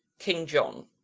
king john